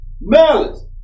malice